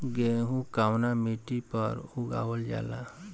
गेहूं कवना मिट्टी पर उगावल जाला?